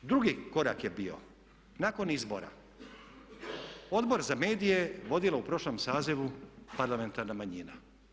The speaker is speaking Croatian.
Drugi korak je bio nakon izbora Odbor za medije je vodilo u prošlom sazivu parlamentarna manjina.